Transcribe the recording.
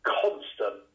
constant